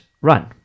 run